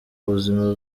buzima